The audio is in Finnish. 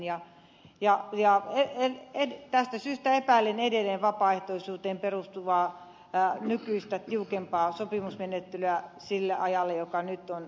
tästä syytä epäilen edelleen että hän syyttää kaali neljä vapaaehtoisuuteen perustuvaa nykyistä tiukempaa sopimusmenettelyä sille ajalle joka nyt on asetettu